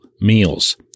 meals